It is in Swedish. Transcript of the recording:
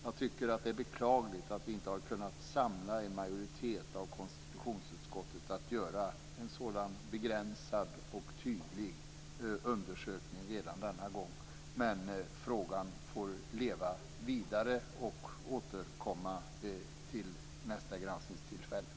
Jag tycker att det är beklagligt att vi inte har kunnat samla en majoritet av konstitutionsutskottet till att göra en sådan begränsad och tydlig undersökning redan denna gång. Men frågan får leva vidare, och återkomma till nästa granskningstillfälle.